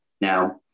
Now